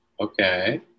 Okay